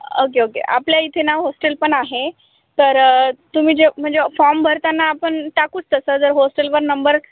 okay okay आपल्या इथे ना होस्टेल पण आहे तर तुम्ही जे म्हणजे फॉर्म भरताना आपण टाकू तसं जर होस्टेलवर नंबर